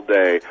day